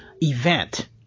event